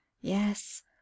Yes